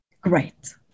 great